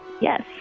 Yes